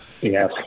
Yes